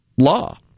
law